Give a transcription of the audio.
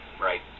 right